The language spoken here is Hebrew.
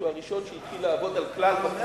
שהוא הראשון שהתחיל לעבוד על כלל בכיוון הזה.